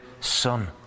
son